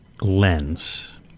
lens